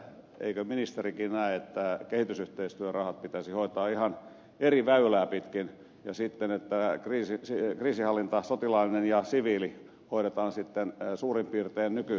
eikö ministerikin näe että kehitysyhteistyörahat pitäisi hoitaa ihan eri väylää pitkin ja että kriisinhallinta sotilaallinen ja siviili hoidetaan sitten suurin piirtein nykymenolla